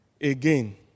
again